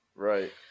Right